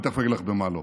אני תכף אגיד לך במה לא.